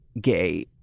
gay